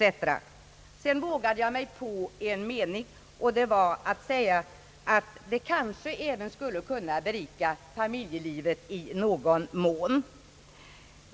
Sedan vågade jag framhålla som min mening, att sabbatsåret kanske även skulle kunna berika familjelivet i någon mån.